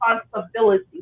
responsibility